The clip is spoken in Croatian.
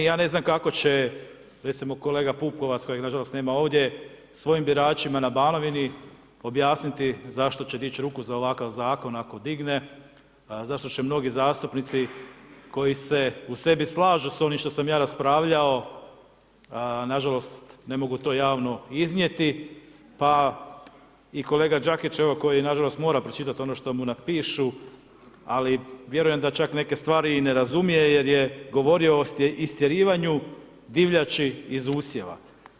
Ja ne znam kako će kolega Pupovac, kojeg na žalost nema ovdje, svojim biračima na Banovini objasniti zašto će dići ruku za ovakav zakon ako digne, zašto će mnogi zastupnici koji se u sebi slažu s onim što sam ja raspravljao, nažalost, ne mogu to javno iznijeti, pa i kolega Đakić, evo koji nažalost mora pročitati ono što mu napišu, ali vjerujem da čak i neke stvari i ne razumije jer je govorio o istjerivanju divljači iz usjeva.